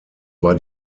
war